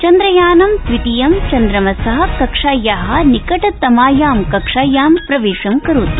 चन्द्रयानं द्वितीयं चन्द्रमस कक्षाया निकटतमायाम् कक्षायाम् प्रवेशम् करोति